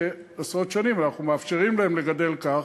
שעשרות שנים אנחנו מאפשרים להם לגדל כך,